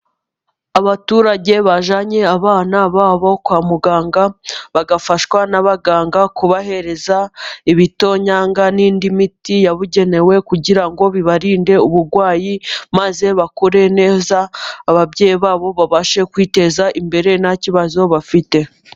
Abaturage bajyanye abana babo kwa muganga bagafashwa n'abaganga kubahereza ibitonyanga n'indi miti yabugenewe, kugira ngo bibarinde uburwayi maze bakure neza, ababyeyi babo babashe kwiteza imbere nta kibazo bafite.